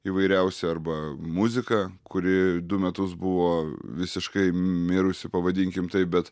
įvairiausi arba muzika kuri du metus buvo visiškai mirusi pavadinkim taip bet